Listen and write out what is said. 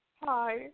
hi